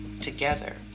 together